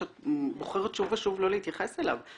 שאת בוחרת שוב ושוב לא להתייחס אליו,